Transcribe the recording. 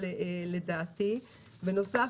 בנוסף,